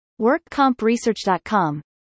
WorkCompResearch.com